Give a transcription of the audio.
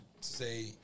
say